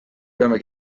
peame